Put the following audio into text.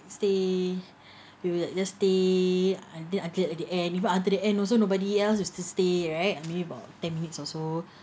stay we will just stay until until the end even until the end also nobody else will just stay right maybe about ten minutes or so